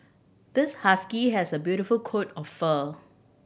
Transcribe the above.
this husky has a beautiful coat of fur